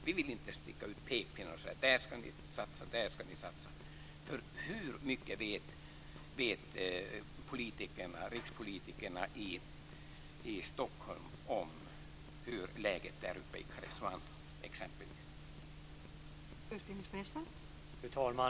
Vi vill inte sticka ut pekpinnar och säga: Där ska ni satsa! Hur mycket vet rikspolitikerna i Stockholm om hur läget är uppe i Karesuando exempelvis?